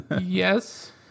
yes